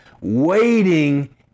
waiting